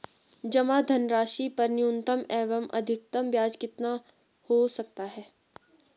जमा धनराशि पर न्यूनतम एवं अधिकतम ब्याज कितना हो सकता है?